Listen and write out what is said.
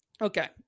Okay